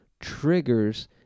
triggers